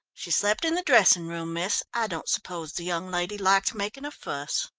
she slept in the dressing-room, miss. i don't suppose the young lady liked making a fuss.